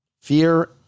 Fear